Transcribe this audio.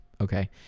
okay